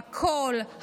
הקול,